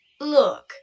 Look